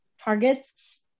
targets